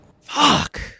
Fuck